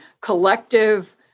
collective